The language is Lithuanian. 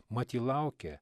mat ji laukė